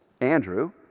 Andrew